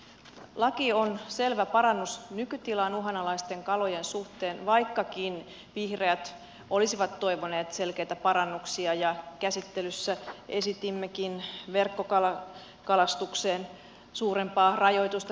laki on selvä parannus nykytilaan uhanalaisten kalojen suhteen vaikkakin vihreät olisivat toivoneet selkeitä parannuksia ja käsittelyssä esitimmekin verkkokalastukseen suurempaa rajoitusta